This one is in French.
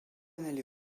n’allez